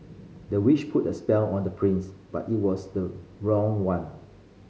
the witch put a spell on the prince but it was the wrong one